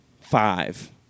Five